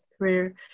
prayer